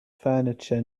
furniture